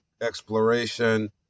exploration